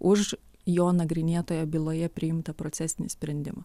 už jo nagrinėtoje byloje priimtą procesinį sprendimą